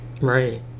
Right